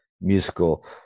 musical